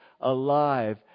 alive